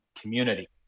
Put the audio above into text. community